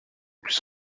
plus